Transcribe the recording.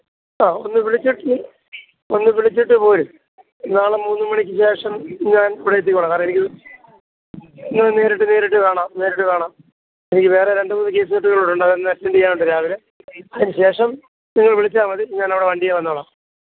ആ ഒന്ന് വിളിച്ചിട്ട് ഒന്ന് വിളിച്ചിട്ട് പോര് നാളെ മൂന്ന് മണിക്ക് ശേഷം ഞാന് ഇവിടെ എത്തിക്കോളാം കാരണം എനിക്ക് ആ നേരിട്ട് നേരിട്ട് കാണാം നേരിട്ട് കാണാം എനിക്ക് വേറെ രണ്ട് മൂന്ന് കേസ് കെട്ട്കളൂടൊണ്ട് അതൊന്നറ്റന്റ് ചെയ്യാനുണ്ട് രാവിലെ അതിന്ശേഷം നിങ്ങൾ വിളിച്ചാൽ മതി ഞാനവിടെ വണ്ടിയെ വന്നോളാം